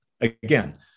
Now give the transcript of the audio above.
Again